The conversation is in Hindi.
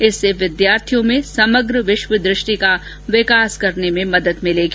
इससे विद्यार्थियों में समग्र विश्व द्र ष्टि का विकास करने में मदद मिलेगी